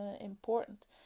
important